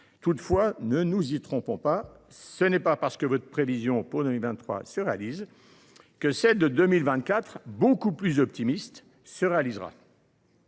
Toutefois, ne nous y trompons pas : ce n’est pas parce que votre prévision pour 2023 se réalise que celle qui porte sur 2024 – beaucoup plus optimiste !– se réalisera.